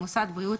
"מוסד בריאות",